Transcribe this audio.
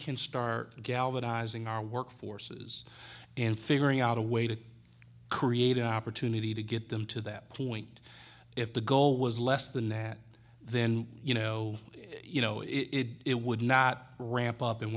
can start galvanizing our workforces and figuring out a way to create an opportunity to get them to that point if the goal was less than that then you know you know it would not ramp up and